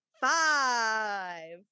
five